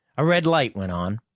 a red light went on.